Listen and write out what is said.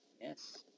Yes